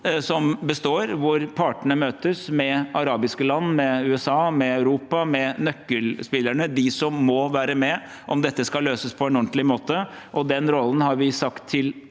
som består, hvor partene møtes med arabiske land, med USA, med Europa, med nøkkelspillerne – dem som må være med om dette skal løses på en ordentlig måte. Den rollen har vi sagt til